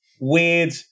weird